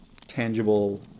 tangible